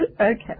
Okay